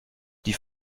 die